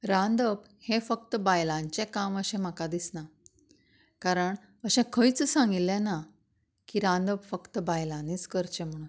रांदप हें फकत बायलांचें काम अशें म्हाका दिसना कारण अशें खंयच सांगिल्लें ना की रांदप फकत बायलांनीच करचें म्हणून